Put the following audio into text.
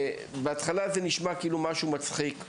בהתחלה זה נשמע כאילו משהו מצחיק,